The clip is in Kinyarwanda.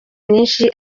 myinshi